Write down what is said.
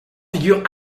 figure